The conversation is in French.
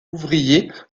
ouvrier